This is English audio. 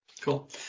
Cool